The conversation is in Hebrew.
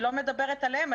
אני לא מדברת עליהם.